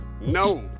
no